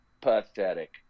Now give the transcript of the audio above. pathetic